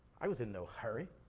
i was in no hurry.